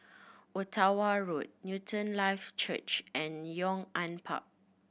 Ottawa Road Newton Life Church and Yong An Park